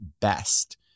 best